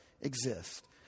exist